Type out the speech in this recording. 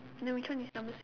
then which one is number